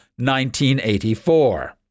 1984